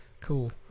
Cool